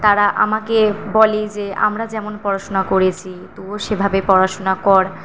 তারা আমাকে বলে যে আমরা যেমন পড়াশুনা করেছি তোর সেভাবে পড়াশোনা কর